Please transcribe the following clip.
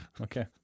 Okay